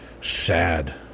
sad